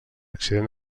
accident